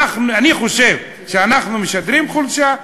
אני חושב שאנחנו משדרים חולשה.